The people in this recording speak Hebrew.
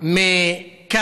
חברי הכנסת,